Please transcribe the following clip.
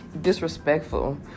disrespectful